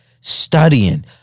studying